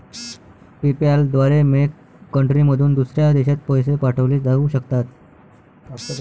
PayPal द्वारे मेक कंट्रीमधून दुसऱ्या देशात पैसे पाठवले जाऊ शकतात